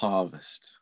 Harvest